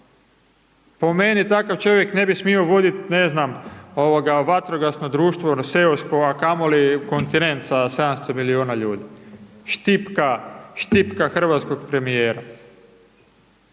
Po meni takav čovjek ne bi smio vodit ne znam ovoga vatrogasno društvo ono seosko, a kamoli kontinent sa 700 milijuna ljudi. Štipka, štipka hrvatskog premijera,